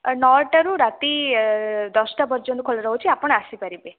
ନଅଟାରୁ ରାତି ଦଶଟା ପର୍ଯ୍ୟନ୍ତ ଖୋଲା ରହୁଛି ଆପଣ ଆସିପାରିବେ